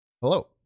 hello